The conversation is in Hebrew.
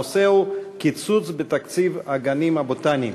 הנושא הוא: קיצוץ בתקציב הגנים הבוטניים.